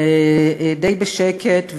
די בשקט,